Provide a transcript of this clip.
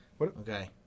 Okay